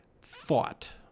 fought